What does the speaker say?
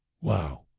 Wow